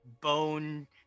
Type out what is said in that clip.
bone